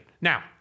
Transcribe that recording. Now